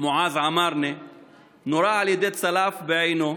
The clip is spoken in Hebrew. מועאז עמארנה נורה על ידי צלף בעינו,